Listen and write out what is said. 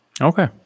Okay